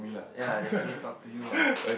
ya I definitely talk to you ah